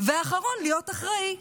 והאחרון להיות אחראי.